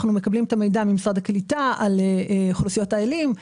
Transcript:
אנחנו מקבלים את המידע ממשרד הקליטה על אוכלוסיות העולים.